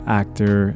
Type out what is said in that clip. actor